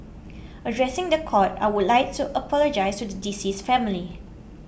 addressing the court I would like to apologise to the deceased's family